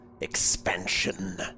expansion